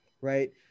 right